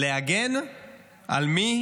להגן על מי